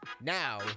Now